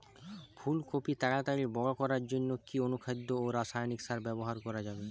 ফুল কপি তাড়াতাড়ি বড় করার জন্য কি অনুখাদ্য ও রাসায়নিক সার ব্যবহার করা যাবে?